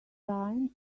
time